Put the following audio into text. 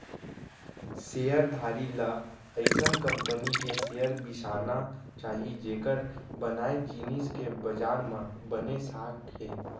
share धारी ल अइसन कंपनी के शेयर बिसाना चाही जेकर बनाए जिनिस के बजार म बने साख हे